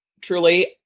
truly